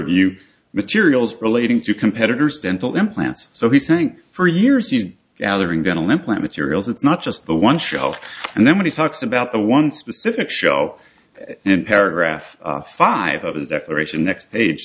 review materials relating to competitor's dental implants so he sang for years you gathering dental implant materials it's not just the one child and then we talked about the one specific show in paragraph five of his declaration next age